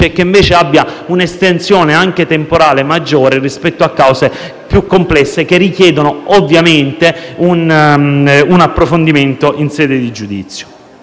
e che, invece, abbia un'estensione temporale maggiore rispetto a cause più complesse che richiedono, ovviamente, un approfondimento in sede di giudizio.